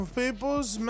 people's